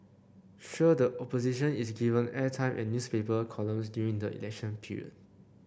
sure the Opposition is given airtime and newspaper columns during the election period